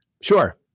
Sure